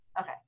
Okay